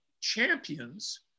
champions